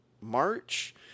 March